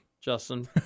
Justin